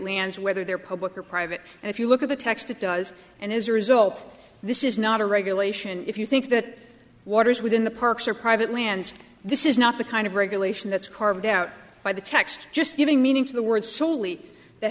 lands whether they're public or private and if you look at the text it does and as a result this is not a regulation if you think that waters within the parks or private lands this is not the kind of regulation that's carved out by the text just giving meaning to the word solely that